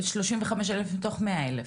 שלושים וחמישה אלף מתוך מאה אלף,